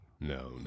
no